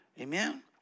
Amen